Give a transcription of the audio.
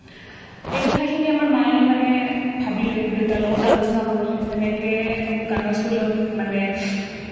সেই কথাখিনি আমাৰ মায়ে মানে ভাবিলে দেউতাৰ লগতো আলোচনা কৰিলে তেনেকৈ মোক গানৰ স্কুলত মানে